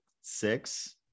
six